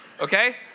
Okay